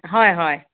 হয় হয়